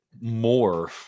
more